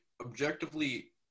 objectively